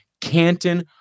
Canton